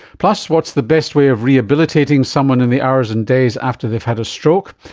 plus, what's the best way of rehabilitating someone in the hours and days after they have had a stroke?